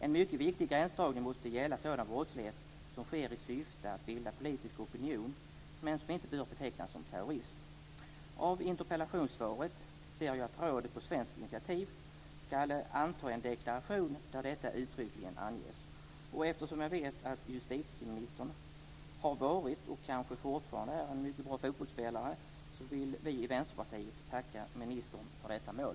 En mycket viktig gränsdragning måste gälla sådan brottslighet som sker i syfte att bilda politisk opinion men som inte bör betecknas som terrorism. Av interpellationssvaret ser vi att rådet på svenskt initiativ ska anta en deklaration där detta uttryckligen anges. Eftersom jag vet att justitieministern har varit - kanske är han fortfarande det - en mycket bra fotbollsspelare vill vi i Vänsterpartiet tacka ministern för detta mål.